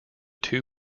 two